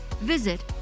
visit